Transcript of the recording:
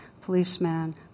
policeman